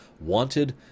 wanted